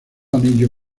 anillo